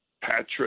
Patrick